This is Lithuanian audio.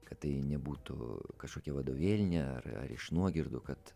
kad tai nebūtų kažkokia vadovėlinė ar ar iš nuogirdų kad